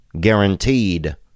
Guaranteed